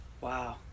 wow